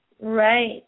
Right